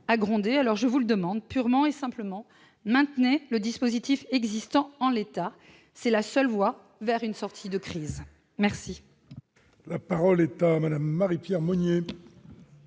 à gronder. Alors, je vous le demande purement et simplement : maintenez le dispositif existant en l'état, c'est la seule voie vers une sortie de crise ! La parole est à Mme Marie-Pierre Monier,